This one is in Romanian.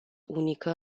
unică